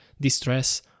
distress